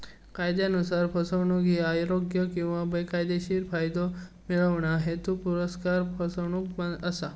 कायदयानुसार, फसवणूक ही अयोग्य किंवा बेकायदेशीर फायदो मिळवणा, हेतुपुरस्सर फसवणूक असा